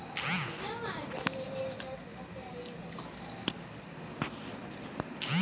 कोय भी फसल के खेती ले बुआई प्रथम चरण मानल जा हय